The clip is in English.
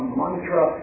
mantra